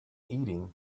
eating